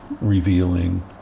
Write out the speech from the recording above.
revealing